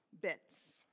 bits